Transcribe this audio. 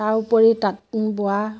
তাৰ উপৰি তাঁত বোৱা